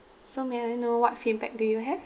so may I know what feedback do you have